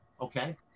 Okay